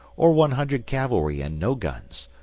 or one hundred cavalry and no guns,